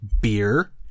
beer